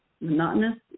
monotonous